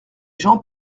gens